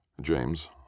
James